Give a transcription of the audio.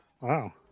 Wow